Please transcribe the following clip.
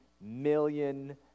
million